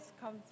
come